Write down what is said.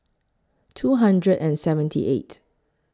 two hundred and seventy eight